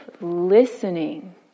listening